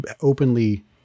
openly